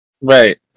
Right